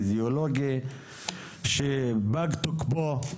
אידיאולוגי שפג תוקפו.